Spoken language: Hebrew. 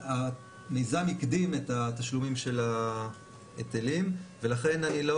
המיזם הקדים את התשלומים של ההיטלים ולכן אני לא